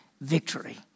victory